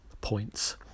points